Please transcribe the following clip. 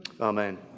amen